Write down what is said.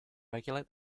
regulate